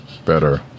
better